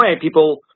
people